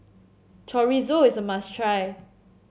Chorizo is a must try